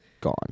gone